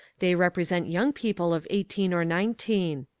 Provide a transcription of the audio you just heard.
they represent young people of eighteen or nineteen.